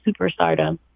superstardom